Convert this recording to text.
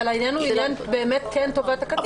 אבל העניין הוא טובת הקטין --- כן,